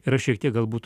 ir aš šiek tiek galbūt